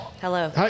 Hello